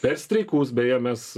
per streikus beje mes